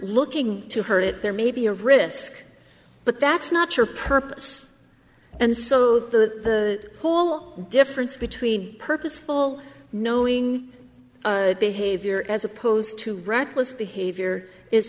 looking to hurt it there may be a risk but that's not your purpose and so the whole difference between purposeful knowing behavior as opposed to reckless behavior